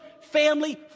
family